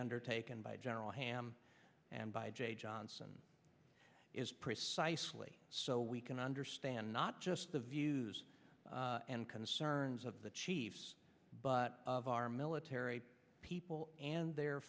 undertaken by general ham and by j johnson is precisely so we can understand not just the views and concerns of the chiefs but of our military people and their